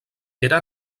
era